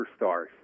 superstars